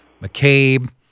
McCabe